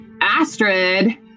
Astrid